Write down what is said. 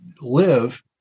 live